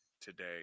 today